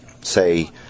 say